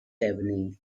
evening